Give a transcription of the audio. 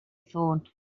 thought